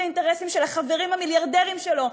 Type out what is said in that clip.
האינטרסים של החברים המיליארדרים שלו,